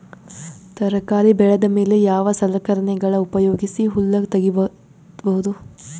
ತರಕಾರಿ ಬೆಳದ ಮೇಲೆ ಯಾವ ಸಲಕರಣೆಗಳ ಉಪಯೋಗಿಸಿ ಹುಲ್ಲ ತಗಿಬಹುದು?